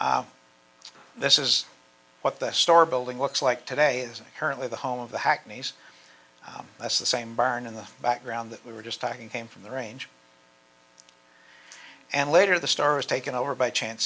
years this is what the store building looks like today is currently the home of the hackneys that's the same barn in the background that we were just talking came from the range and later the star was taken over by chance